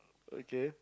okay